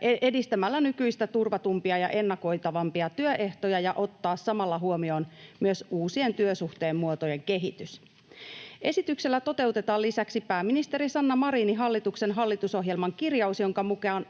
edistämällä nykyistä turvatumpia ja ennakoitavampia työehtoja ja ottaa samalla huomioon myös uusien työsuhteen muotojen kehitys. Esityksellä toteutetaan lisäksi pääministeri Sanna Marinin hallituksen hallitusohjelman kirjaus, jonka